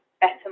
better